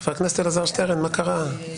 -- חבר הכנסת אלעזר שטרן, מה קרה?